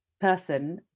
person